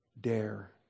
dare